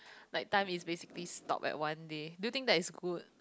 like time is basically stopped at one day do you think that is good